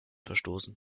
verstoßen